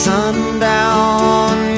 Sundown